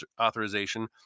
authorization